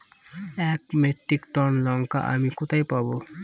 এক metric ton লঙ্কা আমি কোথায় পাবো?